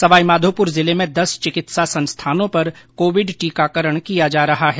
सवाई माधोपुर जिले में दस चिकित्सा संस्थानों पर कोविड टीकाकरण किया जा रहा है